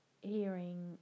hearing